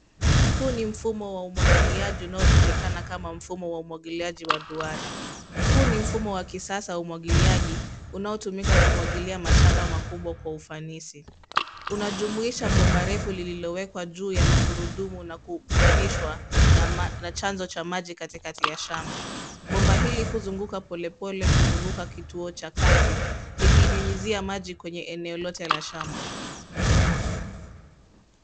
Huu ni mfumo wa umwagiliaji unayo julikana kama mfumo wa umwagiliaji wa duara. Huu ni mfumo wa kisasa wa umwagiliaji unao tumika kumwagilia mashamba makubwa kwa ufanisi. Unajumuisha bomba refu liliowekwa juu ya magurudumu na kuunganishwa na chanzo cha maji katikati ya shamba, bomba hili huzunguka pole pole kuzunguka kituo cha kati likinyunyuzia maji kwenye eneo lote la shamba.